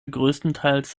größtenteils